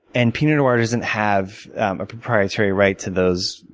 and pinot noir doesn't have a proprietary right to those,